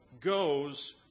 goes